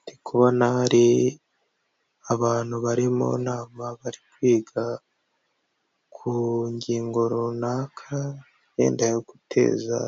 Ndi kubona hari abantu bari mu nama bari kwiga ku ngingo runaka wenda yo guteza